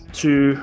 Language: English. two